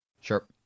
Sure